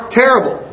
terrible